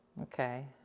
Okay